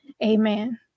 Amen